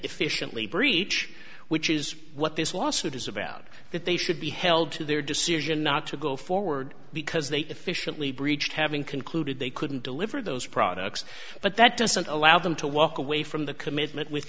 efficiently breach which is what this lawsuit is about that they should be held to their decision not to go forward because they efficiently breached having concluded they couldn't deliver those products but that doesn't allow them to walk away from the commitment with